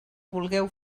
vulgueu